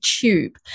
tube